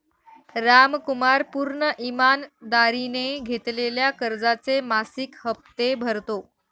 रामकुमार पूर्ण ईमानदारीने घेतलेल्या कर्जाचे मासिक हप्ते भरतो